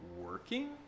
working